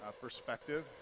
perspective